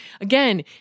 Again